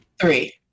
Three